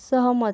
सहमत